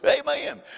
Amen